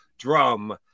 Drum